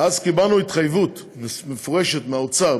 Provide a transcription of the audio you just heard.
ואז קיבלנו התחייבות מפורשת מהאוצר,